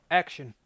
action